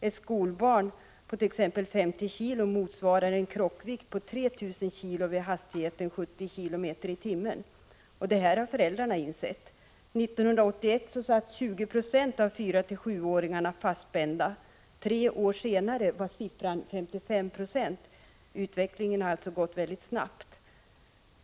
Ett skolbarn på t.ex. 50 kg motsvarar en kroppsvikt på 3 000 kg vid hastigheten 70 km/tim. Det här har föräldrarna insett. 1981 satt 20 90 av 4-7-åringarna fastspända. Tre år senare var siffran 55 20. Utvecklingen har alltså gått mycket snabbt.